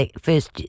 first